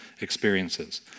experiences